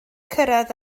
cyrraedd